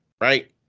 Right